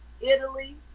Italy